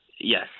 Yes